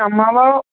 আমাৰ বাৰু